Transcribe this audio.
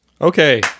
Okay